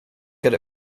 good